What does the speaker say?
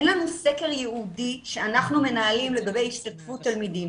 אין לנו סקר ייעודי שאנחנו מנהלים לגבי השתתפות תלמידים.